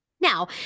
Now